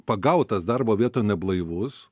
pagautas darbo vietoje neblaivus